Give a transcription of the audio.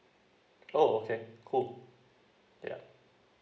oh okay cool yeah